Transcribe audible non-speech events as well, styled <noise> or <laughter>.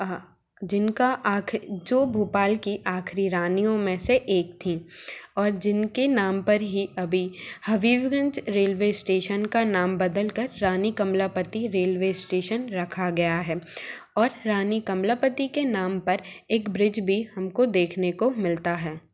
<unintelligible> जिनका जो भोपाल की आखिरी रानियों में से एक थीं और जिनके नाम पर ही अभी हबीबगंज रेलवे स्टेशन का नाम बदलकर रानी कमलापति रेलवे स्टेशन रखा गया है और रानी कमलापति के नाम पर एक ब्रिज भी हमको देखने को मिलता है